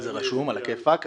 זה רשום, עלא כיפאק.